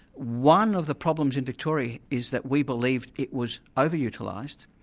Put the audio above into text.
one of the problems in victoria is that we believe it was over-utilised,